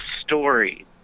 story